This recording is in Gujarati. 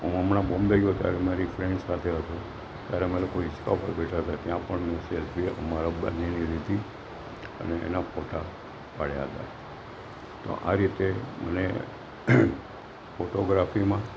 હું હમણાં બોમ્બે ગયો ત્યારે મારી ફ્રેન્ડ સાથે હતો ત્યારે અમે લોકો હીચકા ઉપર બેઠાં હતાં ત્યાં પણ સેલ્ફી અમારા બંનેની લીધી અને એના ફોટાં પાડયા હતાં તો આ રીતે મને ફોટોગ્રાફીમાં